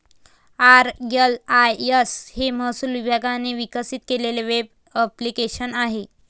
RLIS हे महसूल विभागाने विकसित केलेले वेब ॲप्लिकेशन आहे